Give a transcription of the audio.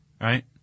right